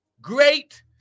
great